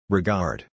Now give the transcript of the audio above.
Regard